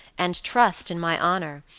and trust in my honor,